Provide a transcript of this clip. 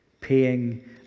paying